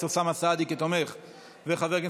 ובכן,